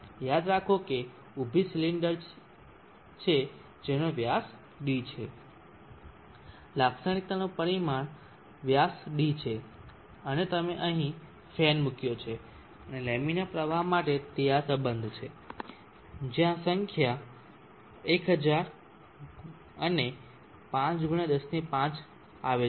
યાદ કરો આ ઊભી સિલિન્ડર છે જેનો વ્યાસ d છે લાક્ષણિકતાનું પરિમાણ વ્યાસ d છે અને તમે અહીં ફેન મૂક્યો છે અને લેમિના પ્રવાહ માટે તે આ સંબંધ છે જ્યાં સંખ્યા 1000 અને 5 × 105 લાવે છે